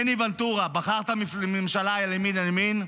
מני ונטורה, בחרת ממשלה ימין על ימין,